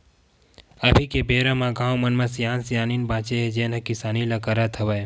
अभी के बेरा म गाँव मन म सियान सियनहिन बाचे हे जेन ह किसानी ल करत हवय